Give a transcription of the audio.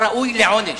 הוא ראוי לעונש.